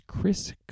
Chris